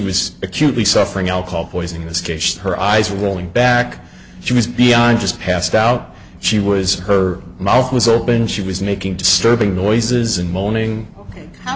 was acutely suffering alcohol poisoning this case her eyes rolling back she was beyond just passed out she was her mouth was open she was making disturbing noises and moaning